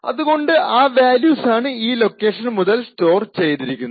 അതുകൊണ്ട് ആ വാല്യൂസ് ആണ് ഈ ലൊക്കേഷൻ മുതൽ സ്റ്റോർ ചെയ്തിരിക്കുന്നത്